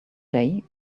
day